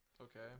Okay